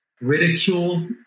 ridicule